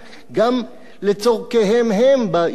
גם לצורכיהם שלהם, בעיריות,